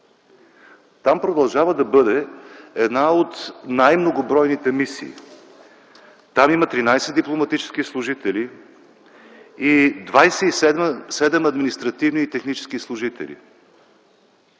Там продължава да бъде една от най-многобройните мисии. Там има 13 дипломатически служители и 27 административни и технически служители.